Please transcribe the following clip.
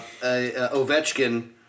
Ovechkin